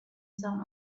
sound